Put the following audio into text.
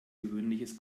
gewöhnliches